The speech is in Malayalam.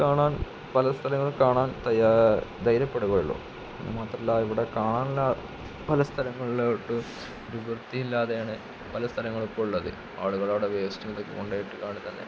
കാണാൻ പല സ്ഥലങ്ങളും കാണാൻ ധൈര്യപ്പെടുകയുള്ളൂ അത് മാത്രമല്ല ഇവിടെ കാണാനുള്ള പല സ്ഥലങ്ങളിലോട്ട് ഒരു വൃത്തിയില്ലാതെയാണ് പല സ്ഥലങ്ങൾ ഇപ്പോള് ഉള്ളത് ആളുകളവിടെ വേസ്റ്റുണ്ട് കൊണ്ടോയിട്ടോണ്ട് തന്നെ